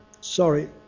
sorry